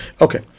Okay